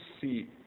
see